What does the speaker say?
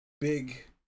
big